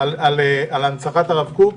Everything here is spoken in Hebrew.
על הנצחת הרב קוק.